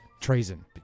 Treason